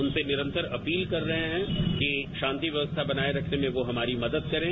उनसे निरंतर अपील कर रहे हैं कि शांति व्यवस्था बनाये रखने में वो हमारी मदद करें